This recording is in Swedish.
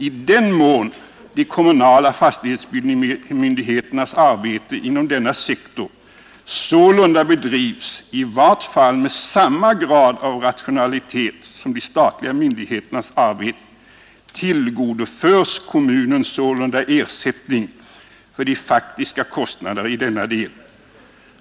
I den mån de kommunala fastighetsbildningsmyndigheternas arbete inom denna sektor sålunda bedrivs i vart fall med samma grad av rationalitet som de statliga myndigheternas arbete, tillgodoförs kommunen sålunda ersättning för även sina faktiska kostnader i denna del.